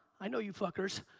i know you fuckers.